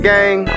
Gang